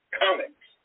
comics